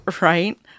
Right